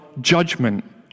judgment